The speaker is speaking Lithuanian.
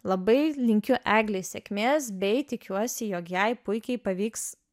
labai linkiu eglei sėkmės bei tikiuosi jog jai puikiai pavyks